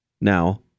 now